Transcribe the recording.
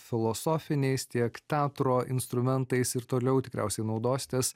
filosofiniais tiek teatro instrumentais ir toliau tikriausiai naudositės